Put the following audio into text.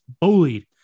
bullied